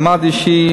מעמד אישי,